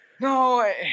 No